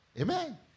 Amen